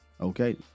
okay